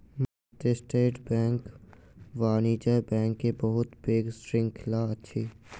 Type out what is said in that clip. भारतीय state bank वाणिज्य bank के बहुत पैघ श्रृंखला अछि